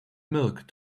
milk